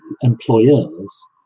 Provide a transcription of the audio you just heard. employers